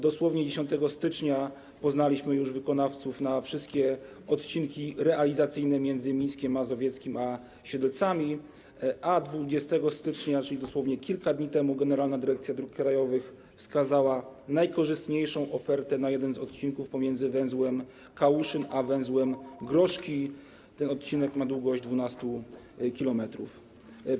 Dosłownie 10 stycznia poznaliśmy już wykonawców na wszystkie odcinki realizacyjne między Mińskiem Mazowieckim a Siedlcami, a 20 stycznia, czyli dosłownie kilka dni temu, Generalna Dyrekcja Dróg Krajowych i Autostrad wskazała najkorzystniejszą ofertę na jeden z odcinków pomiędzy węzłem Kałuszyn a węzłem Groszki - ten odcinek ma długość 12 km.